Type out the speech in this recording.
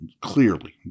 Clearly